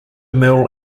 mill